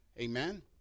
Amen